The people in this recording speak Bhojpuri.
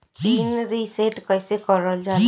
पीन रीसेट कईसे करल जाला?